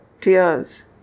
tears